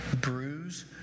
bruise